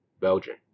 Belgium